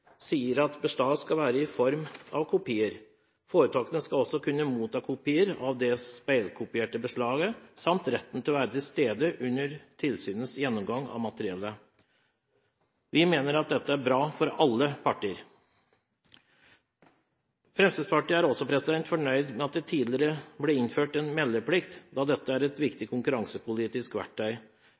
skal være i form av kopier. Foretakene skal også kunne motta kopier av det speilkopierte beslaget samt retten til å være til stede under tilsynets gjennomgang av materialet. Vi mener at dette er bra for alle parter. Fremskrittspartiet er også fornøyd med at det tidligere ble innført en meldeplikt da dette er et viktig konkurransepolitisk verktøy.